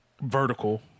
vertical